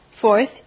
Fourth